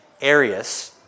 Arius